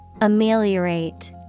Ameliorate